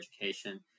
education